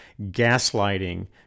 gaslighting